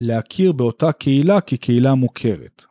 ‫להכיר באותה קהילה ‫כקהילה מוכרת.